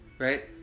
Right